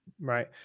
Right